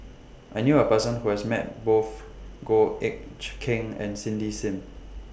I knew A Person Who has Met Both Goh Eck Kheng and Cindy SIM